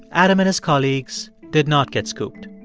adam and his colleagues did not get scooped.